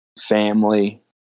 family